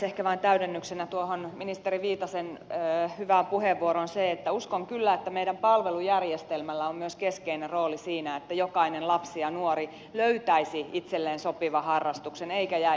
ehkä vain täydennyksenä tuohon ministeri viitasen hyvään puheenvuoroon se että uskon kyllä että meidän palvelujärjestelmällämme on myös keskeinen rooli siinä että jokainen lapsi ja nuori löytäisi itselleen sopivan harrastuksen eikä jäisi yksin